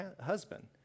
husband